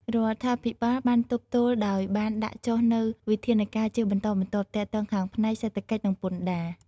រាជរដ្ឋាភិបាល បានទប់ទល់ដោយបានដាក់ចុះនូវវិធានការណ៍ជាបន្តបន្ទាប់ ទាក់ទងខាងផ្នែក សេដ្ឋកិច្ច និងពន្ធដារ។